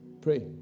pray